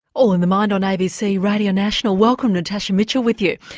all in the mind on abc radio national, welcome, natasha mitchell with you.